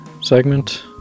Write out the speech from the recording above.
segment